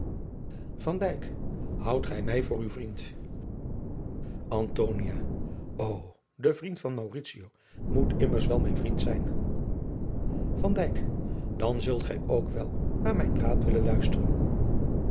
houdt gij mij voor uw vriend antonia o de vriend van mauritio moet immers wel mijn vriend zijn van dijk dan zult gij ook wel naar mijn raad willen luisteren